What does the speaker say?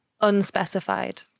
Unspecified